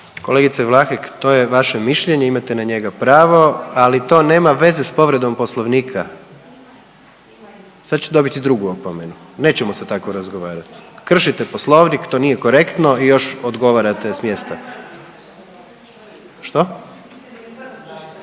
Kolegice Vlahek to je vaše mišljenje, imate na njega pravo ali to nema veze sa povredom Poslovnika. Sad ćete dobiti drugu opomenu, nećemo se tako razgovarati. Kršite Poslovnik, to nije korektno i još odgovarate s mjesta.